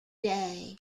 day